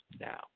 now